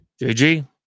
jg